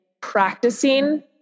practicing